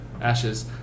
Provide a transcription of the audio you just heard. ashes